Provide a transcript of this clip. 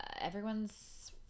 everyone's